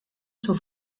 zur